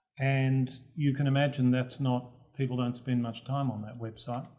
and you can imagine that's not, people don't spend much time on that website.